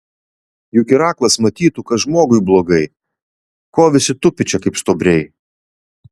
juk ir aklas matytų kad žmogui blogai ko visi tupi čia kaip stuobriai